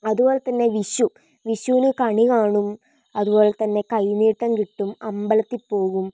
അതുപോലത്തന്നെ വിഷു വിഷുവിന് കണികാണും അതുപോലത്തന്നെ കൈനീട്ടം കിട്ടും അമ്പലത്തിൽ പോകും